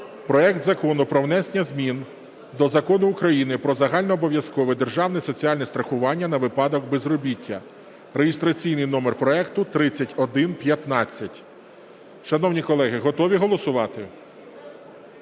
проект Закону про внесення змін до Закону України "Про загальнообов'язкове державне соціальне страхування на випадок безробіття" (реєстраційний номер проекту 3115). Шановні колеги, готові голосувати?